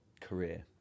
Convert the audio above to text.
career